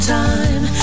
time